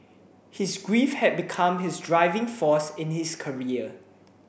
his grief had become his driving force in his career